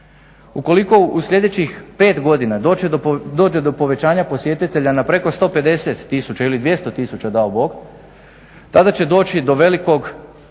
Ukoliko u sljedećih 5 godina dođe do povećanja posjetitelja na preko 150 tisuća ili 200 tisuća dao bog, tada će doći do velikog